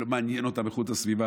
לא מעניינת אותם איכות הסביבה,